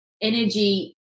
energy